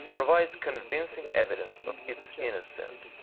provides convincing evidence of its innocence.